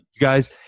guys